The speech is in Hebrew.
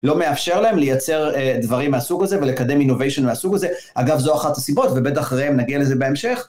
לא מאפשר להם לייצר דברים מהסוג הזה, ולקדם innovation מהסוג הזה. אגב, זו אחת הסיבות, ובטח, ראם, נגיע לזה בהמשך